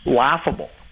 laughable